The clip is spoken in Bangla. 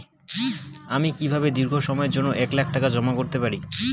আমি কিভাবে দীর্ঘ সময়ের জন্য এক লাখ টাকা জমা করতে পারি?